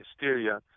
hysteria